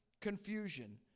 confusion